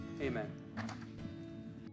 amen